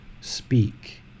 speak